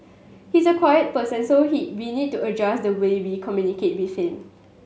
he's a quiet person so he we need to adjust the way we communicate with him